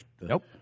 Nope